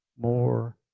more